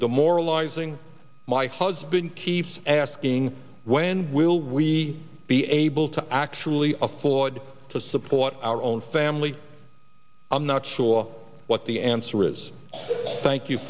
the moralizing my husband keeps asking when will we be able to actually afford to support our own family i'm not sure what the answer is thank you